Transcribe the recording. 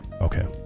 Okay